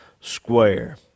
square